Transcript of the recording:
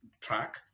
track